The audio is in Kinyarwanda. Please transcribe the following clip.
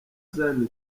zion